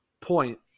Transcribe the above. point